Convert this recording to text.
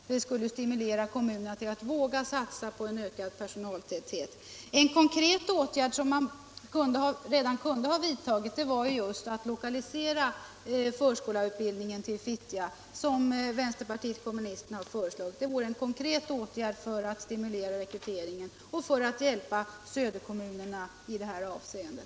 Det skulle stimulera kommunerna att våga satsa på en ökad personaltäthet. En konkret åtgärd som man redan kunde ha vidtagit vore att lokalisera förskollärarutbildningen till Fittja, som vänsterpartiet kommunisterna föreslagit. Det vore en konkret åtgärd för att stimulera rekryteringen och hjälpa söderortskommunerna i det här avseendet.